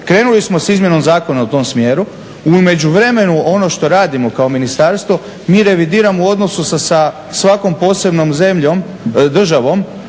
krenuli smo s izmjenom zakona u tom smjeru, u međuvremenu ono što radimo kao ministarstvo mi revidiramo u odnosu sa svakom posebnom državom